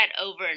over